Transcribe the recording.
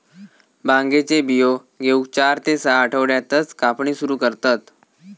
भांगेचे बियो घेऊक चार ते सहा आठवड्यातच कापणी सुरू करतत